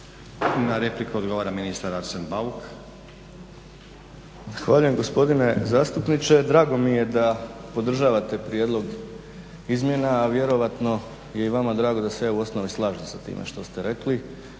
Na repliku odgovara ministar Arsen Bauk. **Bauk, Arsen (SDP)** Zahvaljujem. Gospodine zastupniče, drago mi je da podržavate prijedlog izmjena, a vjerojatno je i vama drago da se ja u osnovi slažem sa time što ste rekli